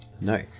No